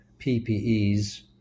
PPEs